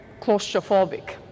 claustrophobic